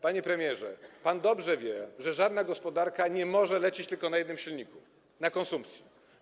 Panie premierze, pan dobrze wie, że żadna gospodarka nie może lecieć tylko na jednym silniku: na konsumpcji.